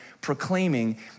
proclaiming